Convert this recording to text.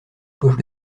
poche